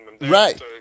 right